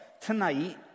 tonight